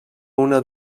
una